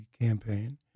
campaign